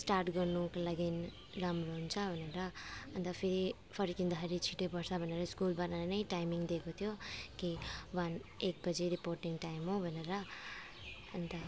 start गर्नुको लागि राम्रो हुन्छ भनेर अन्त फेरि फर्किँदाखेरि छिटै पुग्छ भनेर नै स्कुलबाट नै टाइमिङ दिएको थियो कि वान एक बजी रिपोटिङ टाइम हो भनेर अन्त